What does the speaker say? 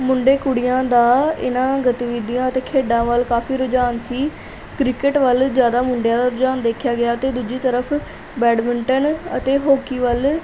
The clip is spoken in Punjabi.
ਮੁੰਡੇ ਕੁੜੀਆਂ ਦਾ ਇਹਨਾਂ ਗਤੀਵਿਧੀਆਂ ਅਤੇ ਖੇਡਾਂ ਵੱਲ ਕਾਫੀ ਰੁਝਾਨ ਸੀ ਕ੍ਰਿਕਟ ਵੱਲ ਜ਼ਿਆਦਾ ਮੁੰਡਿਆਂ ਦਾ ਰੁਝਾਨ ਦੇਖਿਆ ਗਿਆ ਅਤੇ ਦੂਜੀ ਤਰਫ ਬੈਡਮਿੰਟਨ ਅਤੇ ਹੋਕੀ ਵੱਲ